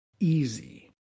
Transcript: Easy